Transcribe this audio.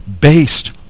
based